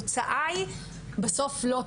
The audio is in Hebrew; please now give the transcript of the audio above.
התוצאה היא בסוף לא טובה.